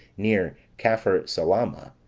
near capharsalama.